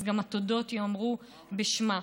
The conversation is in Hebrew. אז התודות ייאמרו גם בשמה.